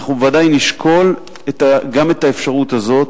ייתכן, אנחנו בוודאי נשקול גם את האפשרות הזאת.